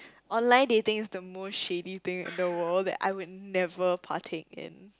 online dating is the most shady thing in the world that I would never partake in